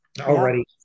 already